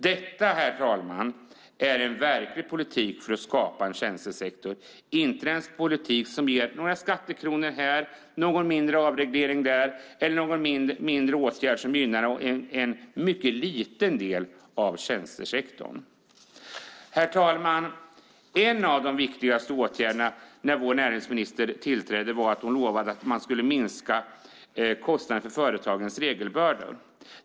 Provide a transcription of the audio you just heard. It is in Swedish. Detta, herr talman, är verklig politik för att skapa en tjänstesektor, inte den politik som ger några skattekronor här, någon mindre avreglering där eller någon mindre åtgärd som gynnar en mycket liten del av tjänstesektorn. Herr talman! En av de viktigaste åtgärderna när vår näringsminister tillträdde var att hon lovade att man skulle minska kostnaderna för företagens regelbördor.